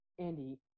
Andy